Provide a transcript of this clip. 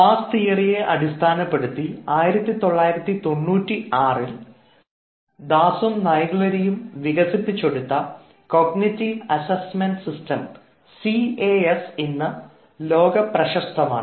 pass തിയറിയെ അടിസ്ഥാനപ്പെടുത്തി 1996 ൽ ദാസും നെഗിലേരിയും Das Naglieri വികസിപ്പിച്ചെടുത്ത കൊഗ്നിറ്റീവ് അസൈമെൻറ് സിസ്റ്റം ഇന്ന് ലോക പ്രശസ്തമാണ്